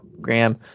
Graham